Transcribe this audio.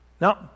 Now